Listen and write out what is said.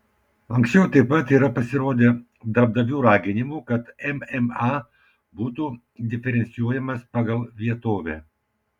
anksčiau taip pat yra pasirodę darbdavių raginimų kad mma būtų diferencijuojamas pagal vietovę